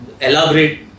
elaborate